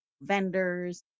vendors